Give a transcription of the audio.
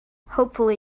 hopefully